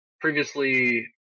previously